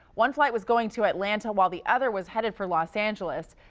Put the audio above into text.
one flight was going to atlanta while the other was headed for los angeles.